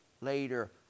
later